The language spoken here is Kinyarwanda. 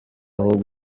ahubwo